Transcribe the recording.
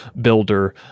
builder